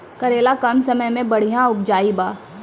करेला कम समय मे बढ़िया उपजाई बा?